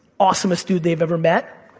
awesomest dude they've ever met,